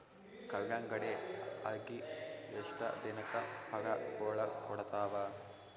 ಕಲ್ಲಂಗಡಿ ಅಗಿ ಎಷ್ಟ ದಿನಕ ಫಲಾಗೋಳ ಕೊಡತಾವ?